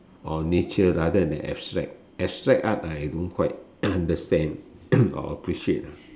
on nature rather than abstract abstract art I don't quite understand or appreciate ah